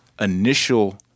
initial